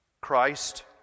Christ